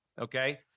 okay